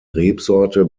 rebsorte